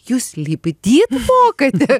jūs lipdyt mokate